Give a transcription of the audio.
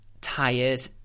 tired